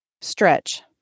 Stretch